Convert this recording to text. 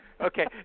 Okay